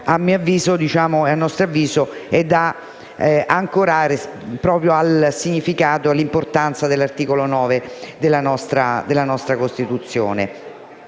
nostro futuro, a nostro avviso, sia da ancorare al significato e all'importanza dell'articolo 9 della nostra Costituzione.